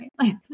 right